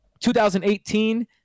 2018